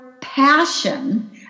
passion